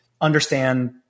understand